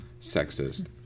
sexist